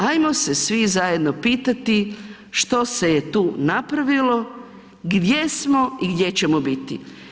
Ajmo se svi zajedno pitati što se je tu napravilo, gdje smo i gdje ćemo biti.